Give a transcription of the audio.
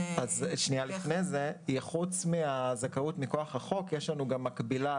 פרט לזכאות מכוח החוק יש לנו גם מקבילה